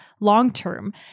long-term